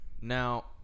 Now